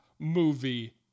movie